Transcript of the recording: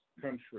country